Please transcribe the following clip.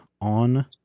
on